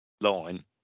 line